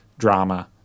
drama